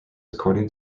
according